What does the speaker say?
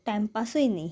टायमपासूय न्ही